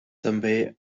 també